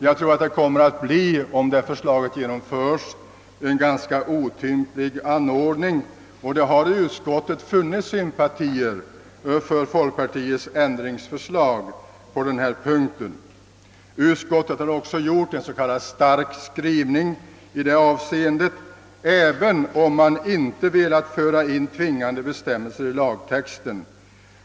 Jag tror att detta kommer att bli en ganska otymplig ordning, och det har i utskottet funnits sympatier för folkpartiets ändringsförslag på denna punkt. Utskottet har också en s.k. stark skrivning i detta avseende även om man icke velat föra in en tvingande bestämmelse i lagtexten.